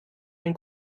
ein